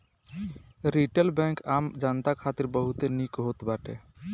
retail bank आम जनता खातिर बहुते निक होत बाटे